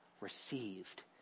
received